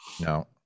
no